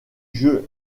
jeu